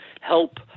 help